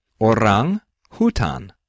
Orang-hutan